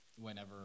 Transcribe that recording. whenever